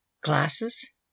Glasses